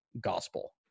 gospel